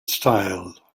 style